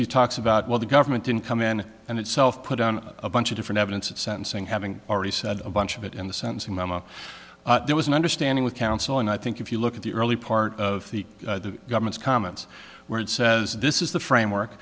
he talks about well the government didn't come in and itself put on a bunch of different evidence at sentencing having already said a bunch of it in the sentencing memo there was an understanding with counsel and i think if you look at the early part of the government's comments where it says this is the framework